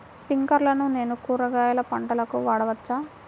స్ప్రింక్లర్లను నేను కూరగాయల పంటలకు వాడవచ్చా?